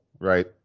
right